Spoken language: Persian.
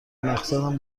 مقصدم